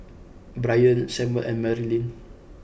Bryant Samual and Marylin